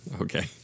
Okay